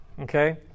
okay